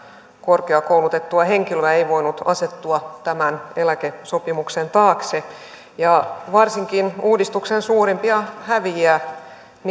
korkeakoulutettua henkilöä ei voinut asettua tämän eläkesopimuksen taakse varsinkin uudistuksen suurimpia häviäjiä